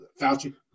Fauci